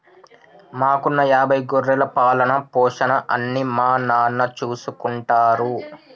మాకున్న యాభై గొర్రెల పాలన, పోషణ అన్నీ మా నాన్న చూసుకుంటారు